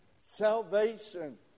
salvation